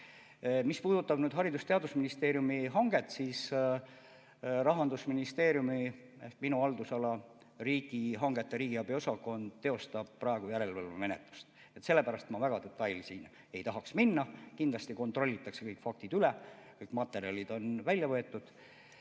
Mis puudutab Haridus- ja Teadusministeeriumi hanget, siis Rahandusministeeriumi ehk minu haldusala riigihangete ja riigiabi osakond teostab praegu järelevalvemenetlust. Sellepärast ma väga detailidesse ei tahaks minna. Kindlasti kontrollitakse kõik faktid üle. Materjalid on välja võetud.